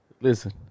Listen